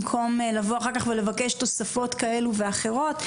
במקום לבוא אחר כך ולבקש תוספות כאלו ואחרות.